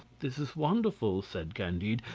this is wonderful! said candide,